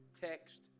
text